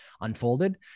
unfolded